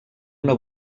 una